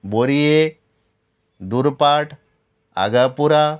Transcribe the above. बोरये दुर्भाट आगापुरा